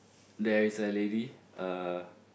there is a lady uh